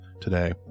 today